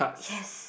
yes